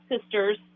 sisters